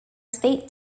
state